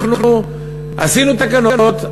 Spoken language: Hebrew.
אנחנו עשינו תקנות,